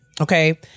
Okay